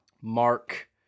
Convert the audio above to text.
Mark